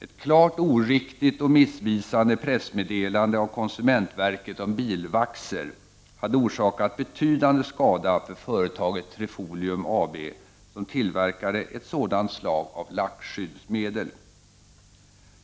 Ett klart oriktigt och missvisande pressmeddelande av konsumentverket om bilvaxer hade orsakat betydande skada för företaget Trifolium AB som tillverkade ett sådant slag av lackskyddsmedel.